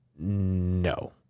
No